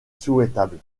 souhaitable